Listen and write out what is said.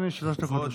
שלוש דקות.